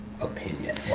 opinion